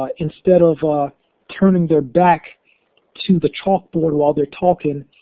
ah instead of ah turning their back to the chalkboard while they're talking,